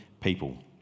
people